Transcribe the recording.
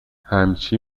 همچی